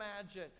imagine